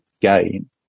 gain